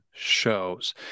shows